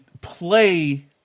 play